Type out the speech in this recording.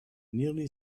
nearly